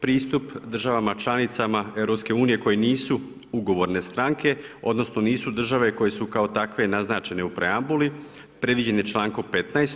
Pristup državama članicama Europske unije koje nisu ugovorne stranke odnosno nisu države koje su kao takve naznačene u preambuli predviđene člankom 15.